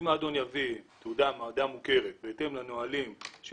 אם האדון יביא תעודה ממעבדה מוכרת בהתאם לנהלים של